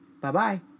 Bye-bye